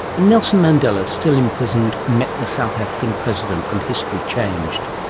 and nelson mandela, still imprisoned, met the south african president and history changed.